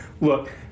Look